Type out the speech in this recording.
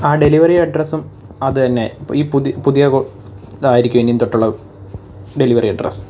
ആ ഡെലിവറി അഡ്രസ്സും അതു തന്നെ ഈ പു പുതിയ ഇതായിരിക്കുമോ ഇനിയും തൊട്ടുള്ള ഡെലിവറി അഡ്രസ്സ്